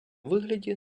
вигляді